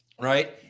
right